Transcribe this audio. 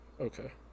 Okay